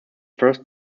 first